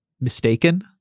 mistaken